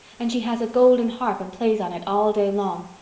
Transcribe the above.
and she has a golden harp and plays on it all day long.